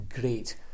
great